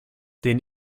den